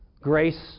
grace